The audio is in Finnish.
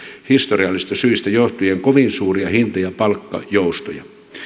historiallisista syistä johtuen kovin suuria hinta ja palkkajoustoja